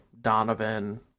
Donovan